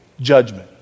judgment